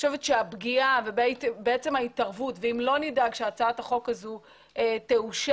אם לא נדאג שהצעת החוק הזו תאושר,